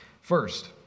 First